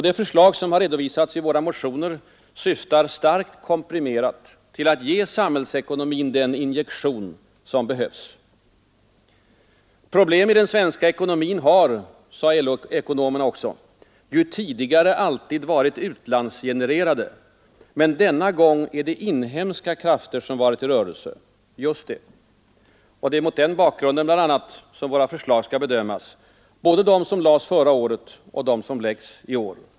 De förslag, som redovisats i våra motioner, syftar — starkt komprimerat — till att ge samhällsekonomin den injektion som behövs. ”Problem i den svenska ekonomin har” — säger LO-ekonomerna — ”ju tidigare alltid varit utlandsgenererade. Men denna gång är det inhemska krafter som varit i rörelse.” Just det! Det är mot bl.a. den bakgrunden våra förslag skall bedömas. Både de som lades förra året och de som läggs fram i år.